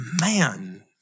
Man